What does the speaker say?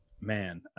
man